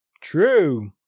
True